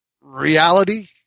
reality